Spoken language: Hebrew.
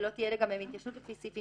ולא תהיה לגביהם התיישנות לפי סעיפים